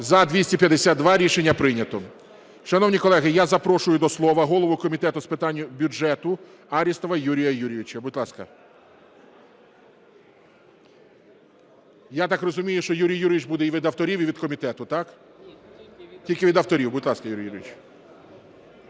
За-252 Рішення прийнято. Шановні колеги, я запрошую до слова голову Комітету з питань бюджету Арістова Юрія Юрійовича. Будь ласка. Я так розумію, що Юрій Юрійович буде і від авторів, і від комітету. так? Тільки від авторів. Будь ласка, Юрій Юрійович.